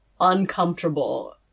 uncomfortable